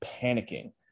panicking